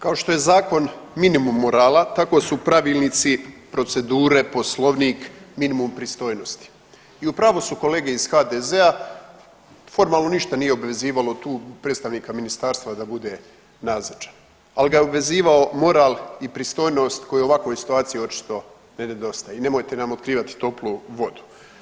Kao što je zakon minimum morala tako su pravilnici, procedure, poslovnik minimum pristojnosti i u pravu su kolege iz HDZ formalno ništa nije obvezivalo tu predstavnika ministarstva da bude nazočan, ali ga je obvezivao moral i pristojnost koji u ovakvoj situaciji očito ne nedostaje i nemojte nam otkrivati toplu vodu.